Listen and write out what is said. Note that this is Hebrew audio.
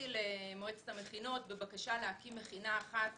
למועצת המכינות בבקשה להקים מכינה אחת